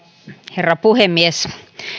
herra puhemies